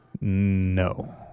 No